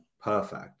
perfect